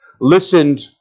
listened